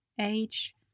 age